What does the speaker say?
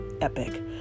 epic